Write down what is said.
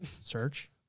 Search